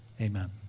amen